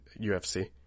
UFC